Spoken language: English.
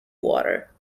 water